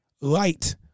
light